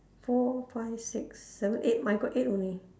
four five six seven eight mine got eight only